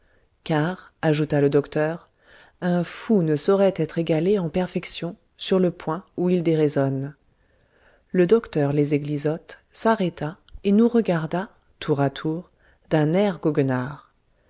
car ajouta le docteur un fou ne saurait être égalé en perfection sur le point où il déraisonne le docteur les eglisottes s'arrêta et nous regarda tour à tour d'un air goguenard